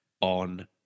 on